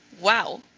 Wow